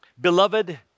Beloved